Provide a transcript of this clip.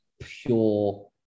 pure